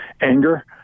anger –